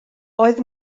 oedd